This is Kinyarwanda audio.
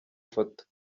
ifoto